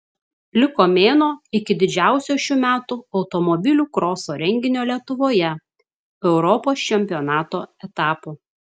liko mėnuo iki didžiausio šių metų automobilių kroso renginio lietuvoje europos čempionato etapo